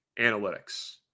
analytics